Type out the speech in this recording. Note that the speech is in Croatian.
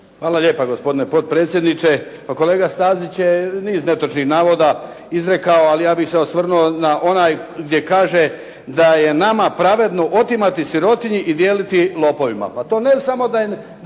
Hvala lijepo gospodine potpredsjedniče. Pa kolega Stazić je niz netočnih navoda izrekao. Ali ja bih se osvrnuo na onaj gdje kaže, da je nama pravedno otimati sirotinji i dijeliti lopovima. Pa to ne samo da je